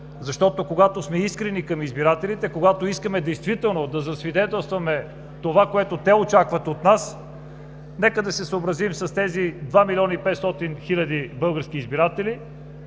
Защото когато сме искрени към избирателите и искаме действително да засвидетелстваме това, което те очакват от нас, нека да се съобразим с тези 2 млн. 500 хил. български избиратели,